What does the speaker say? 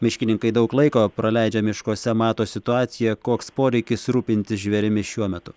miškininkai daug laiko praleidžia miškuose mato situaciją koks poreikis rūpintis žvėrimis šiuo metu